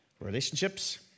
relationships